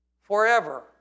forever